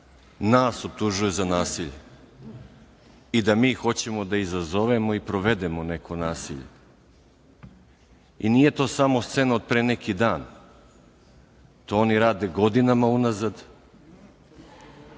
nas optužuju za nasilje i da mi hoćemo da izazovemo i sprovedemo neko nasilje. I nije to samo scena od pre neki dan, to oni rade godinama unazad.